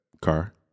car